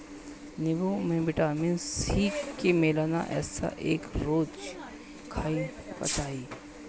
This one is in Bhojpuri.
नीबू में विटामिन सी मिलेला एसे एके रोज खाए के चाही